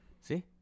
See